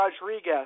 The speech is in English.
Rodriguez